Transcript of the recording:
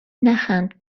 نخند